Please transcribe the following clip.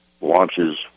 launches